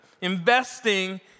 investing